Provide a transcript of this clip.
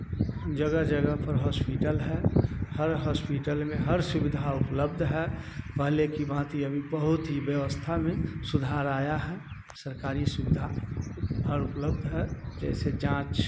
जगह जगह पर हॉस्पिटल हैं हर हॉस्पिटल में हर सुविधा उपलब्ध है पहले की बात ही अभी बहुत ही व्यवस्था में सुधार आया है सरकारी सुविधा उप हर उपलब्ध है जैसे जाँच